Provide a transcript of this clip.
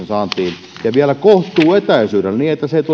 saantiin ja vielä kohtuullisella etäisyydellä niin että